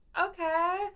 okay